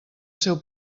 seu